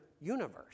universe